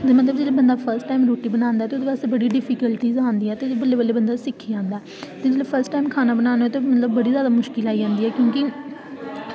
ते बंदा जेल्लै अर्स्ट टाईम रुट्टी बनांदा ते बंदे ई जाच आई जंदी ते बल्लें बल्लें ओह् बंदा सिक्खी जंदा जेल्लै में फर्स्ट टाईम खाना बनाना ते बड़ी जादा मुशकल आई जंदी ऐ मतलब